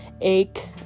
ache